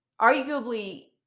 Arguably